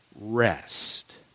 rest